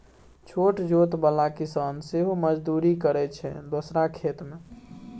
छोट जोत बला किसान सेहो मजदुरी करय छै दोसरा खेत मे